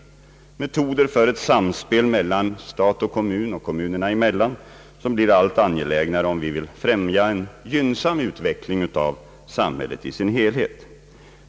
Vi behöver metoder för ett samspel mellan stat och kommun, ett samspel som blir allt angelägnare om vi vill främja en gynnsam utveckling av samhället i dess helhet.